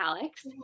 Alex